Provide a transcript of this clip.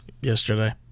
yesterday